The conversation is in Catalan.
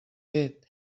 fet